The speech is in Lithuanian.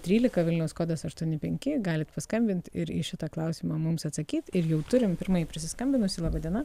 trylika vilniaus kodas aštuoni penki galit paskambint ir į šitą klausimą mums atsakyt ir jau turim pirmąjį prisiskambinusį laba diena